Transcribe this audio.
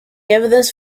evidence